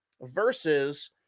versus